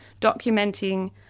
documenting